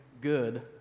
good